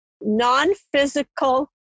non-physical